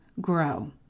grow